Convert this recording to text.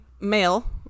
male